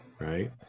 right